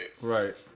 Right